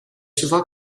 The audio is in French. souvent